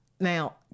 Now